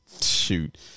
Shoot